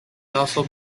also